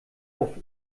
auf